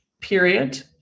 period